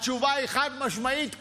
התשובה היא חד-משמעית כן,